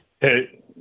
Hey